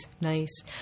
nice